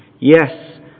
yes